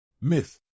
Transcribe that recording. Myth